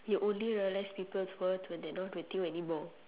you only realise people's words when they're not with you anymore